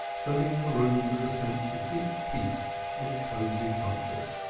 filling the room with a sense of deep peace and cosy comfort.